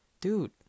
dude